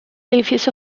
edificio